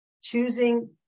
choosing